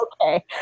Okay